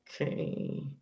Okay